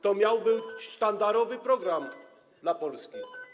To miał być sztandarowy program dla Polski.